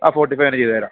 ആ ഫോർട്ടി ഫൈവിന് ചെയ്തേരാം